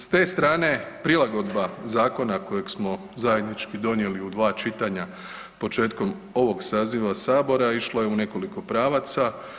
S te strane prilagodba zakona kojeg smo zajednički donijeli u dva čitanja početkom ovog saziva Sabora išla je u nekoliko pravaca.